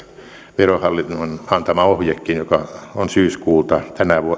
verohallinnon antama ohjekin joka on syyskuulta